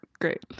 great